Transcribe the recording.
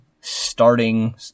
starting